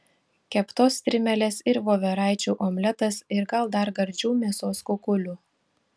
keptos strimelės ir voveraičių omletas ir gal dar gardžių mėsos kukulių